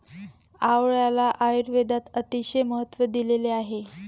आवळ्याला आयुर्वेदात अतिशय महत्त्व दिलेले आहे